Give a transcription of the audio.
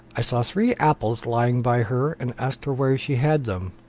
i saw three apples lying by her, and asked her where she had them.